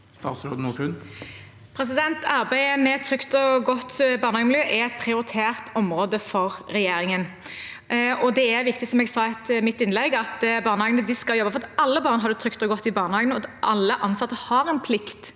Arbeidet med et trygt og godt barnehagemiljø er et prioritert område for regjeringen. Det er viktig, som jeg sa i mitt innlegg, at barnehagene skal jobbe for at alle barn har det trygt og godt i barnehagen, og med at alle ansatte har en plikt